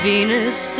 Venus